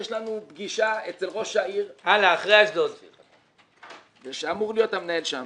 יש לנו פגישה אצל ראש העיר שאמור להיות המנהל שם.